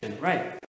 right